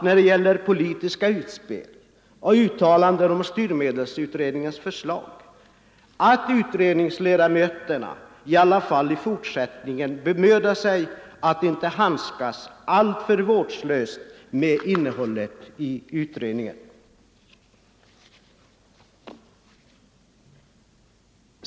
När det gäller politiska utspel och uttalanden om styrmedelsutredningens förslag hoppas jag att utredningsledamöterna i fortsättningen skall bemöda sig att inte handskas alltför vårdslöst med innehållet i utredningen.